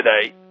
today